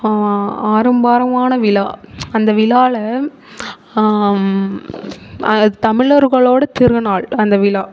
ஆடம்பாரமான விழா அந்த விழாவில் தமிழர்களோட திருநாள் அந்த விழா